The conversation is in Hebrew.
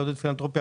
לעודד פילנתרופיה